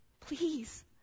Please